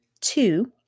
two